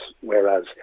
whereas